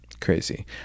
Crazy